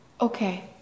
Okay